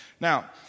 Now